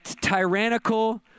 tyrannical